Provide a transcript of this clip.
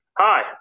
Hi